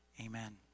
amen